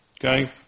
Okay